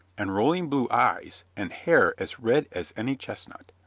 and rolling blue eyes, and hair as red as any chestnut.